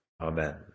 Amen